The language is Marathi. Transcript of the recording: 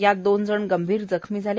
यात दोन जण गंभीर जखमी झाले